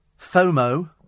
FOMO